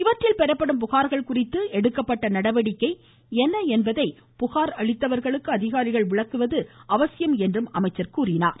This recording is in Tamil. இவற்றில் பெறப்படும் புகார்கள் குறித்து எடுக்கப்பட்ட நடவடிக்கை என்ன என்பதை புகார் அளித்தவர்களுக்கு அதிகாரிகள் விளக்குவதும் அவசியம் என்று அவர் குறிப்பிட்டார்